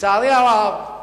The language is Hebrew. לצערי הרב,